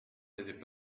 n’étaient